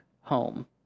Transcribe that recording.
home